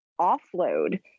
offload